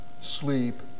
sleep